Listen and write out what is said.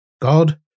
God